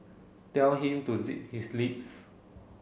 tell him to zip his lips